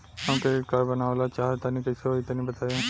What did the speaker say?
हम credit card बनवावल चाह तनि कइसे होई तनि बताई?